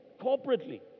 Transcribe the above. corporately